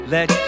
Let